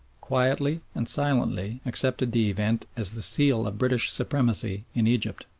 quietly and silently accepted the event as the seal of british supremacy in egypt.